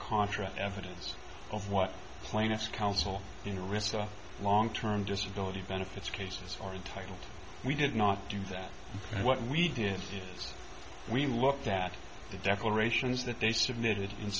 contract evidence of what plaintiff's counsel in receipt of long term disability benefits cases are entitled we did not do that and what we did is we looked at the declarations that they submitted in